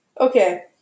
Okay